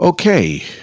Okay